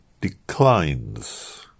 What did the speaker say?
declines